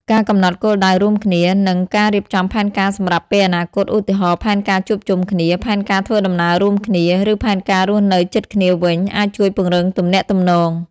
នៅពេលមានការសង្ស័យ គួរតែសួរនាំដោយផ្ទាល់ជាជាងបកស្រាយដោយខ្លួនឯង។